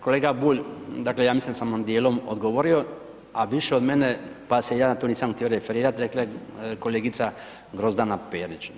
Kolega Bulj, dakle ja mislim da sam vam dijelom odgovorio, a više od mene, pa se ja tu nisam htio referirati, rekla je kolegica Grozdana Petrić.